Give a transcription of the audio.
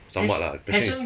somewhat lah passion is